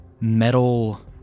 metal